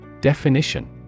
Definition